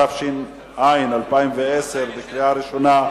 התש"ע 2010, קריאה ראשונה.